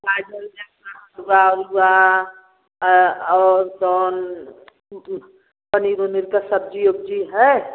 सुबह हुआ हैं और दोन वह पनीर वनीर की सब्ज़ी उब्जी है